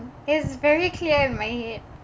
it's very clear in my head